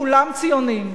כולם ציונים.